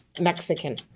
Mexican